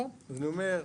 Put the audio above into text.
אז אני אומר,